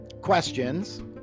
questions